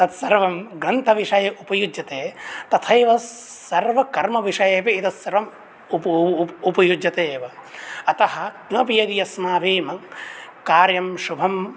तत् सर्वं ग्रन्थविषये उपयुज्यते तथैव सर्वकर्मविषये अपि एतत् सर्वम् उपयुज्यते एव अतः किमपि यदि अस्माभिः मङ् कार्यं शुभं